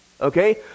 Okay